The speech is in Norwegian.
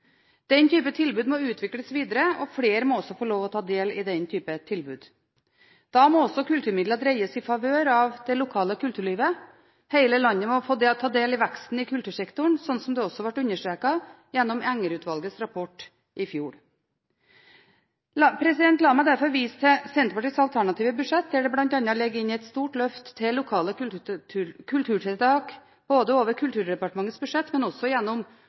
Den typen tilbud må utvikles videre, og flere må også få lov å ta del i den typen tilbud. Da må også kulturmidler dreies i favør av det lokale kulturlivet. Hele landet må få ta del i veksten i kultursektoren, slik som det også ble understreket gjennom Enger-utvalgets rapport i fjor. La meg derfor vise til Senterpartiets alternative budsjett, der vi bl.a. legger inn et stort løft til lokale kulturtiltak, både over Kulturdepartementets budsjett og gjennom